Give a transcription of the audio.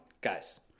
guys